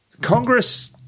Congress